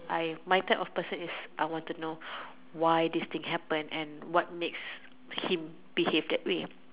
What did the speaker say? I my type of person is I want to know why this thing happened and what makes him behave that way